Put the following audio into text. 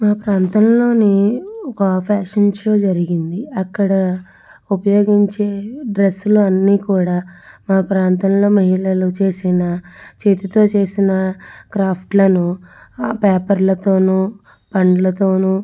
మా ప్రాంతంలోని ఒక ఫ్యాషన్ షో జరిగింది అక్కడ ఉపయోగించే డ్రెస్సులు అన్ని కూడా మా ప్రాంతంలో మహిళలు చేసిన చేతితో చేసిన క్రాఫ్ట్లను ఆ పేపర్లతోను పండ్లతోను